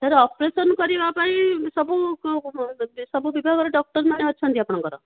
sir operation କରିବା ପାଇଁ ସବୁ ସବୁ ବିଭାଗର ଡକ୍ଟର୍ମାନେ ଅଛନ୍ତି ଆପଣଙ୍କର